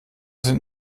sind